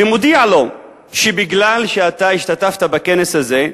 ומודיע לו: מכיוון שאתה השתתפת בכנס הזה,